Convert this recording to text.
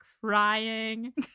crying